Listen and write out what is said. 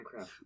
Minecraft